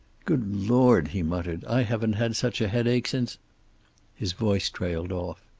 good lord, he muttered, i haven't had such a headache since his voice trailed off.